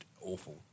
awful